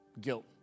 guilt